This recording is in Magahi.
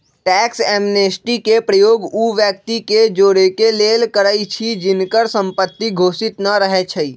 टैक्स एमनेस्टी के प्रयोग उ व्यक्ति के जोरेके लेल करइछि जिनकर संपत्ति घोषित न रहै छइ